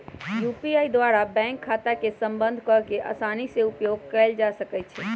UPI द्वारा bank खता के संबद्ध कऽ के असानी से उपयोग कयल जा सकइ छै